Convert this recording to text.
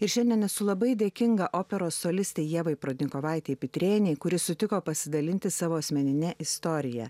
ir šiandien esu labai dėkinga operos solistė ieva prudnikovaitė pitrėne kuri sutiko pasidalinti savo asmenine istorija